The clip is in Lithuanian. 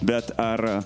bet ar